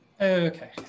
Okay